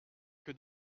que